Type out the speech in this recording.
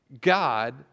God